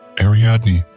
Ariadne